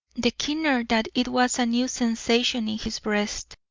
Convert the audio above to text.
the keener that it was a new sensation in his breast,